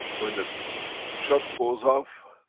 when the shot goes off,